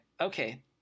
okay